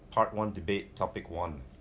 part one debate topic one